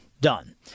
done